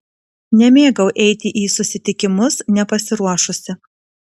nemėgau eiti į susitikimus nepasiruošusi